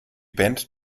band